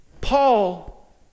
Paul